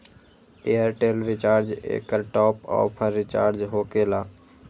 Airtel recharge एकर top off recharge होकेला?